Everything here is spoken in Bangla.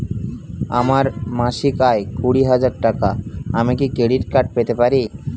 আমার মাসিক আয় কুড়ি হাজার টাকা আমি কি ক্রেডিট কার্ড পেতে পারি?